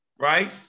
right